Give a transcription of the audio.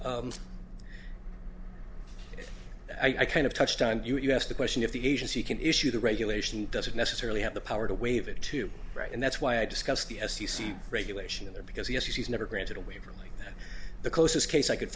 may i kind of touched on you asked the question if the agency can issue the regulation doesn't necessarily have the power to waive it too right and that's why i discussed the f c c regulation in there because he says he's never granted a waiver like that the closest case i could